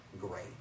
great